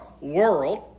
world